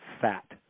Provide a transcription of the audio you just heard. fat